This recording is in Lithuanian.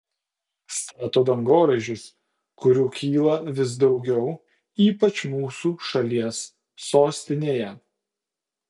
stato dangoraižius kurių kyla vis daugiau ypač mūsų šalies sostinėje